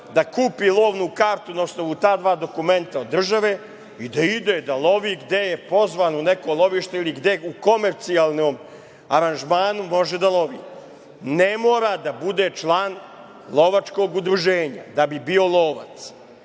da kupi lovnu kartu na osnovu ta dva dokumenta od države i da ide da lovi gde je pozvan u neko lovište gde u komercijalnom aranžmanu može da lovi. Ne mora da bude član lovačkog udruženja da bi bio lovac. Prema